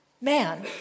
man